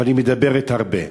אבל היא מדברת הרבה.